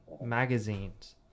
magazines